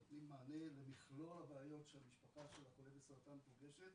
נותנים מענה למכלול הבעיות שהמשפחה של החולה בסרטן פוגשת.